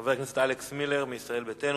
חבר הכנסת אלכס מילר מישראל ביתנו,